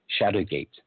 Shadowgate